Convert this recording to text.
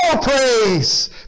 praise